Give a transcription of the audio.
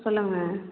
சொல்லுங்கள்